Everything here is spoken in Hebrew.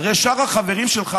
הרי שאר החברים שלך,